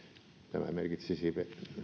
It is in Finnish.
tämä merkitsisi